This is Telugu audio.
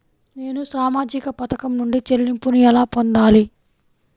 నేను సామాజిక పథకం నుండి చెల్లింపును ఎలా పొందాలి?